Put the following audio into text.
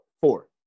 Four